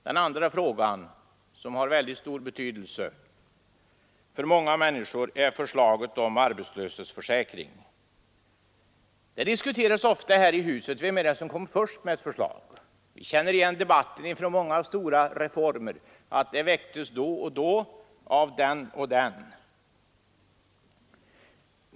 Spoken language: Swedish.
Den andra fråga som har mycket stor betydelse för många människor är förslagen om arbetslöshetsförsäkringen. Det diskuteras ofta här i huset vem som var först med olika förslag. Vi känner från debatten om många stora reformer igen uppgifter om att förslagen första gången väcktes då och då av den och den.